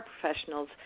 professionals